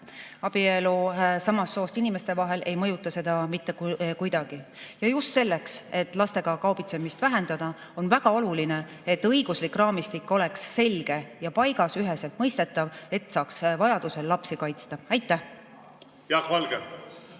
Abielu samast soost inimeste vahel ei mõjuta seda mitte kuidagi. Ja just selleks, et lastega kaubitsemist vähendada, on väga oluline, et õiguslik raamistik oleks selge ja paigas, üheselt mõistetav, et saaks vajadusel lapsi kaitsta. Ma siiski